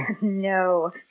No